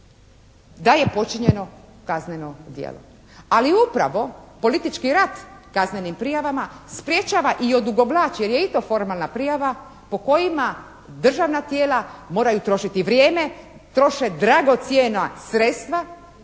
da je počinjeno kazneno djelo. Ali upravo, politički rat kaznenim prijavama sprječava i odugovlači jer je i to formalna prijava po kojima državna tijela moraju trošiti vrijeme, troše dragocjena sredstva